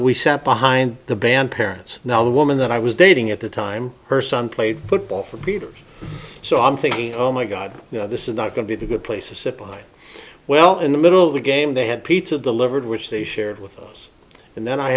we sat behind the band parents now the woman that i was dating at the time her son played football for peters so i'm thinking oh my god this is not going to be a good place to supply well in the middle of the game they had pizza delivered which they shared with us and then i